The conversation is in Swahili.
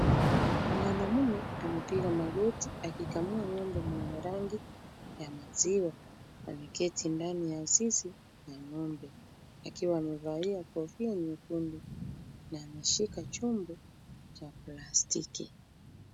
Mwanamume amepiga magoti akikamua ng'ombe mwenye rangi ya maziwa. Ameketi ndani ya zizi la ng'ombe akiwa amevalia kofia nyekundu na ameshika chombo cha plastiki.